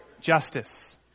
justice